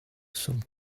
some